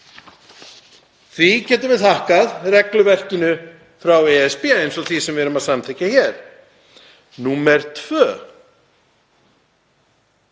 það getum við þakkað regluverkinu frá ESB eins og því sem við erum að samþykkja hér. Númer